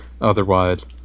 Otherwise